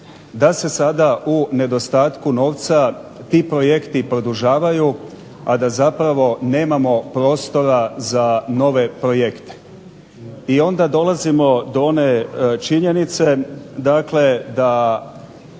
da se sada u nedostatku novca ti projekti produžavaju, a da zapravo nemamo prostora za nove projekte. I onda dolazimo do one činjenice, dakle da